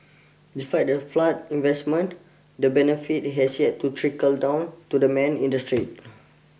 despite the flood investments the benefit has yet to trickle down to the man in the street